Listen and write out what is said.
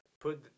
put